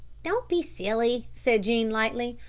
don't be silly, said jean lightly.